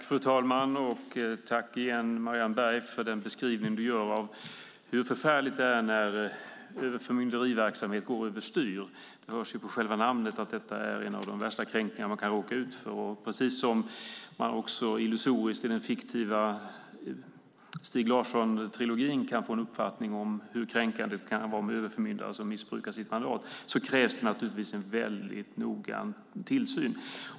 Fru talman! Jag tackar Marianne Berg för den beskrivning hon gör av hur förfärligt det är när överförmyndarverksamhet går över styr. Det hörs ju på själva namnet att det är en av de värsta kränkningar man kan råka ut för. I den fiktiva Stieg Larsson-trilogin kan man få en uppfattning om hur kränkande det är med en överförmyndare som missbrukar sitt mandat, och det krävs därför en mycket noggrann tillsyn.